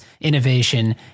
innovation